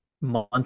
month